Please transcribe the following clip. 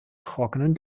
trockenen